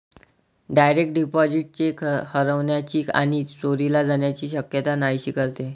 direct deposit cheque हरवण्याची आणि चोरीला जाण्याची शक्यता नाहीशी करते